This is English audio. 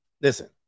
Listen